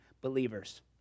believers